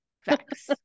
facts